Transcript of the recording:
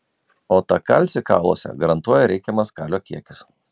o tą kalcį kauluose garantuoja reikiamas kalio kiekis